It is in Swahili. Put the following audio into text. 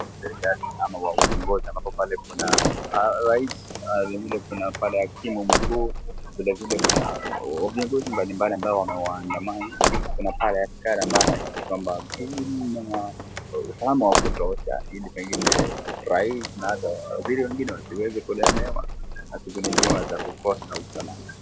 Serikali au viongozi, ambapo kule, kuna raisi vile vile kuna pale hakimu mkuu. Vile vile kuna viongozi mbalimbali ambao wamewaandama. Kuna pale askari ambao wanahakikisha humu kuna usalama wa kutosha ili pengine raisi na hata waziri wengine wasiweze kulemewa wa kukosa usalama.